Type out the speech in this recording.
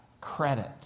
credit